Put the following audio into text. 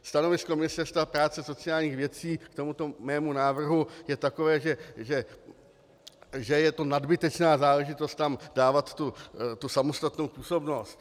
Stanovisko Ministerstva práce a sociálních věcí k tomuto mému návrhu je takové, že je to nadbytečná záležitost, dávat tam tu samostatnou působnost.